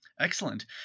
Excellent